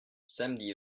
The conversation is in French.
samedi